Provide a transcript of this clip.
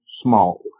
small